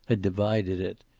had divided it.